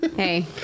Hey